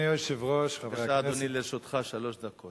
אדוני, לרשותך שלוש דקות.